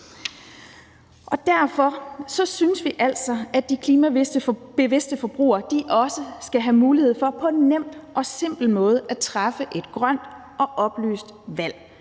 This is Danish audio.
Derfor synes vi altså, at de klimabevidste forbrugere også skal have mulighed for på en nem og simpel måde at træffe et grønt og oplyst valg.